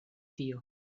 tio